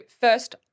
first